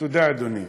תודה, אדוני.